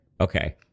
okay